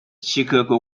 chicago